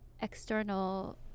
external